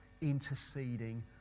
interceding